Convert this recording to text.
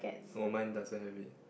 oh mine doesn't have it